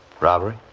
Robbery